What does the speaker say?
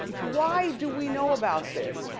why do we know about this?